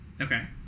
Okay